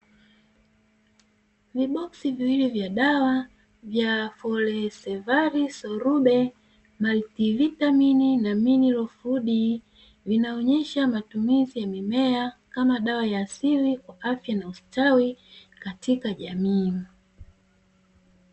Viboski viwili vya dawa vya ''FORCEVAL SOLUBLE Multivitamin and mineral food'' vinaonyesha matumizi ya mimea kama dawa ya asili kwa afya na ustawi katika jamii.